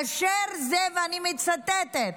ואני מצטטת: